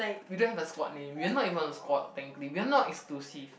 we don't have a squad name we're not even on a squad or thing we all not exclusive